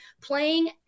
playing